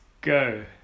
go